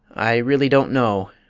i really don't know,